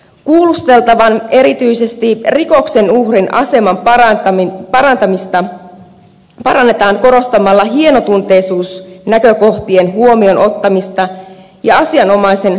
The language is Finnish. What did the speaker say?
kuulusteltavan erityisesti rikoksen uhrin asemaa parannetaan korostamalla hienotunteisuusnäkökohtien huomioon ottamista ja asianomaisen tukemista